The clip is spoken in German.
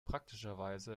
praktischerweise